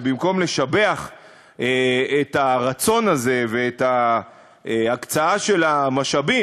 ובמקום לשבח את הרצון הזה ואת ההקצאה של המשאבים,